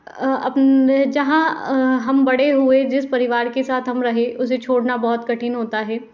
अपने जहाँ हम बड़े हुए जिस परिवार के साथ हम रहे उसे छोड़ना बहुत कठिन होता है